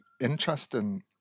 interesting